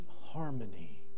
harmony